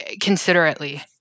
considerately